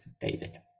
david